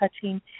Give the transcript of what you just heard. touching